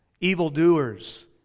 evildoers